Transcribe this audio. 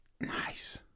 Nice